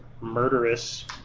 murderous